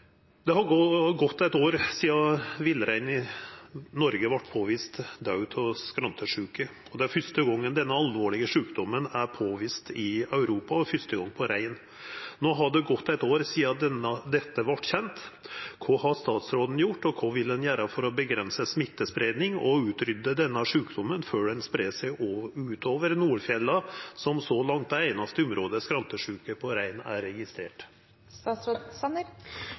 har nå gått eit år sidan villrein i Noreg vart påvist daud av skrantesjuke. Dette er fyrste gong denne alvorlege sjukdommen er påvist i Europa og fyrste gong på rein. No har det gått eit år sidan dette vart kjent. Kva har statsråden gjort, og kva vil han gjera for å begrense smittespreiing og utrydde denne sjukdommen før den spreier seg utover Nordfjella, som så langt er einaste område skrantesjuke på rein er